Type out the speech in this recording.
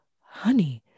honey